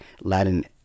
Latin